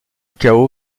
cao